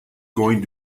going